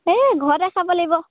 এই ঘৰতে খাব লাগিব